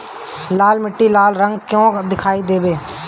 लाल मीट्टी लाल रंग का क्यो दीखाई देबे?